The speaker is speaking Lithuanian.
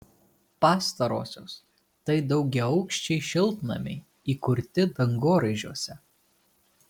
pastarosios tai daugiaaukščiai šiltnamiai įkurti dangoraižiuose